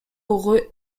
oraux